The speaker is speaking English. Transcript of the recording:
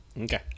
Okay